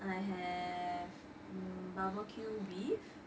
I have hmm barbecue beef